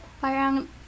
Parang